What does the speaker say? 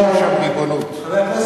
ריבונות.